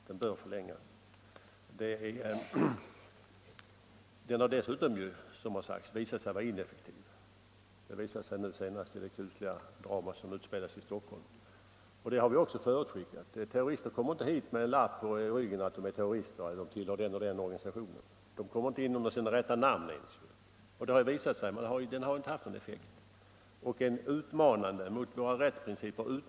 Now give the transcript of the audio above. Den har dessutom, såsom det sagts i debatten, visat sig vara ineffektiv — det framgick nu senast vid det kusliga dramat i Stockholm. Det hade vi också förutskickat. Terrorister kommer inte hit med en lapp på ryggen där det står att de är terrorister eller tillhör den och den organisationen. De kommer inte alls in under sitt rätta namn. Lagen har alltså inte haft någon effekt, och den är utmanande mot våra rättsprinciper.